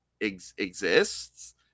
exists